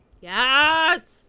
Yes